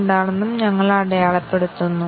ഇതിനായി ഞങ്ങൾ ഒരു വിലയിരുത്തൽ നടത്തുന്നു